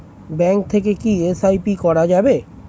Bank থেকে কী SIP করা যাবে?